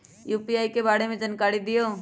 UPI के बारे में जानकारी दियौ?